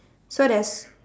so there's